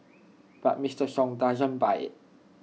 but Mister sung doesn't buy IT